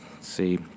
see